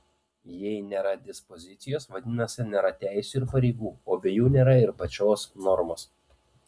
jei nėra dispozicijos vadinasi nėra teisių ir pareigų o be jų nėra ir pačios normos